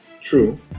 true